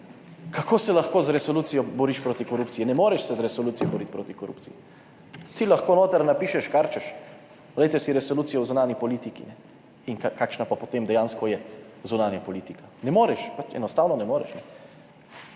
Kako se lahko z resolucijo boriš proti korupciji? Ne moreš se z resolucijo boriti proti korupciji. Ti lahko noter napišeš, kar hočeš. Poglejte si Resolucijo o zunanji politiki in kakšna potem dejansko je zunanja politika. Ne moreš, pač, enostavno ne moreš.